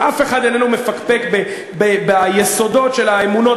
אף אחד איננו מפקפק ביסודות של האמונות